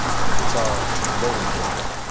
it's our loading program